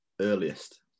earliest